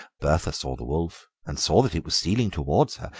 bertha saw the wolf and saw that it was stealing towards her,